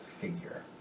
figure